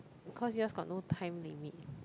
cause yours got no time limit